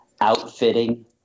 outfitting